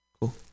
Cool